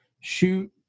shoot